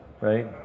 right